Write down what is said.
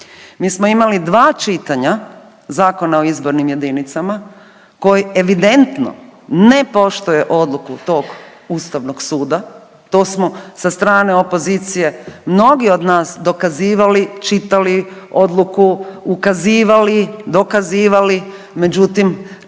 Mi smo imali dva čitanja Zakona o izbornim jedinicama koji evidentno ne poštuje odluku tog Ustavnog suda. To smo sa strane opozicije mnogi od nas dokazivali, čitali odluku, ukazivali, dokazivali međutim